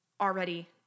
already